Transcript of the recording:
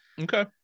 Okay